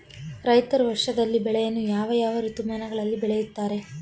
ರೈತರು ವರ್ಷದಲ್ಲಿ ಬೆಳೆಯನ್ನು ಯಾವ ಯಾವ ಋತುಮಾನಗಳಲ್ಲಿ ಬೆಳೆಯುತ್ತಾರೆ?